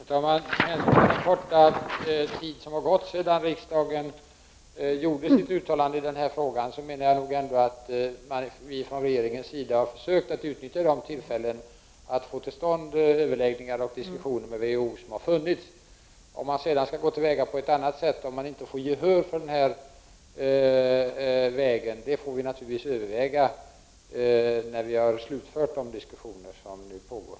Herr talman! Under den korta tid som har gått sedan riksdagen gjorde sitt uttalande i den här frågan har regeringen ändå försökt utnyttja de tillfällen som funnits för att få till stånd överläggningar och diskussioner med WHO. Om vi sedan skall gå till väga på något annat sätt i fall vi inte får gehör för den här vägen, får vi naturligtvis överväga när vi har slutfört de diskussioner som pågår.